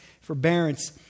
forbearance